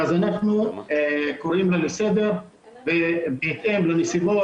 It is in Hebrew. אנחנו קוראים לה לסדר ופועלים בהתאם לנסיבות.